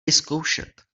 vyzkoušet